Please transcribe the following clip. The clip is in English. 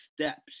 steps